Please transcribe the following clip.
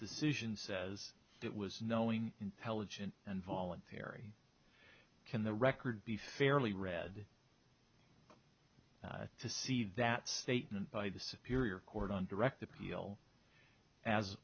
decision says that was knowing intelligent and voluntary can the record be fairly read to see that statement by the superior court on direct appeal as